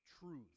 truth